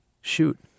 Shoot